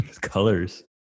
colors